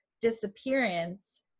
disappearance